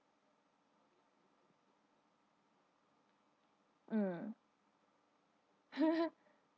mm